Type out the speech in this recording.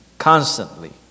constantly